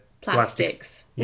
Plastics